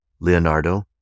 Leonardo